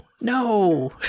No